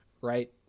right